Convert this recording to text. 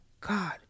God